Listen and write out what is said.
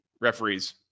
referees